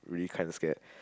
really kind of scared